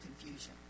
confusion